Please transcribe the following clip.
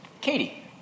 Katie